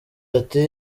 ati